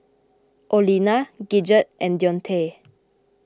Olena Gidget and Deontae